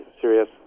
serious